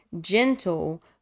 gentle